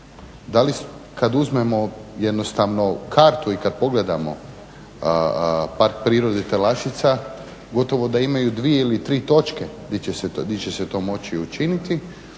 Da li kad uzmemo jednostavno kartu i kad pogledamo Park prirode Telašćica, gotovo da imaju dvije ili tri točke gdje će se to moći učiniti